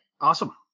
Awesome